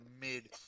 mid